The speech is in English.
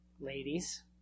Ladies